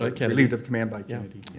like yeah relieved of command by kennedy.